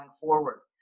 forward